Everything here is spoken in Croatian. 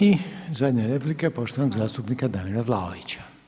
I zadnja replika poštovanog zastupnika Davora Vlaovića.